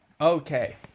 okay